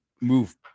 move